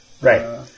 Right